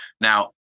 Now